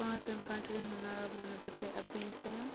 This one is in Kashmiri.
پانٛژَن کَنٛٹری ہُنٛد ناو وَنہو بہٕ تۄہہِ اَفغٲنِستان